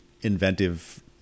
inventive